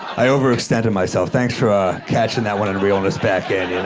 i overextended myself. thanks for catching that one and reeling us back in.